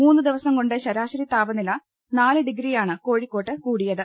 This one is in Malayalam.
മൂന്ന് ദിവസംകൊണ്ട് ശരാ ശരി താപനില നാല് ഡിഗ്രിയാണ് കോഴിക്കോട്ട് കൂടിയത്